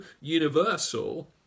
universal